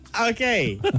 Okay